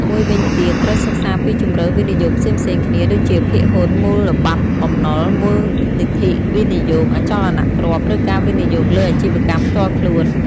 មួយវិញទៀត ត្រូវសិក្សាពីជម្រើសវិនិយោគផ្សេងៗគ្នា ដូចជាភាគហ៊ុន មូលបត្របំណុល មូលនិធិវិនិយោគ អចលនទ្រព្យ ឬការវិនិយោគលើអាជីវកម្មផ្ទាល់ខ្លួន។